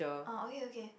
oh okay okay